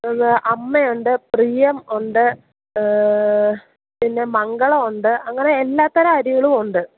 അമ്മ ഉണ്ട് പ്രിയം ഉണ്ട് പിന്നെ മംഗളം ഉണ്ട് അങ്ങനെ എല്ലാത്തരം അരികളും ഉണ്ട്